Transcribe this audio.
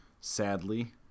Sadly